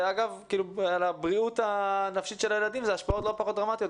על הבריאות הנפשית של הילדים זה השפעות לא פחות דרמטיות,